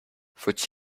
faut